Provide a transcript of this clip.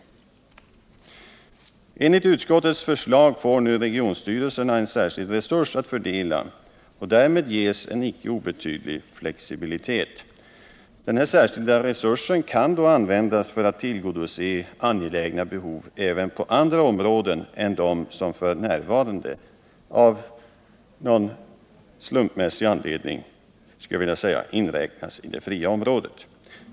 Enligt utskottets förslag får regionstyrelserna en särskild resurs att fördela, och därmed får man en icke obetydlig flexibilitet. Denna särskilda resurs kan då användas för att tillgodose angelägna behov även på andra områden än dem som f.n. av, skulle jag vilja säga, någon slumpmässig anledning inräknas i det fria området.